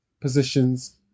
positions